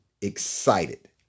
excited